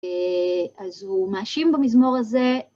אז הוא מאשים במזמור הזה.